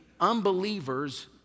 unbelievers